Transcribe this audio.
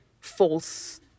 false